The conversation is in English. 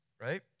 right